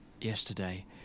yesterday